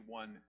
one